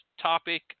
topic